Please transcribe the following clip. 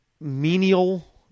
Menial